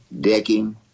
Decking